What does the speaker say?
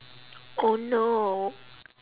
oh no